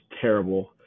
terrible